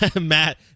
Matt